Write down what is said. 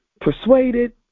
persuaded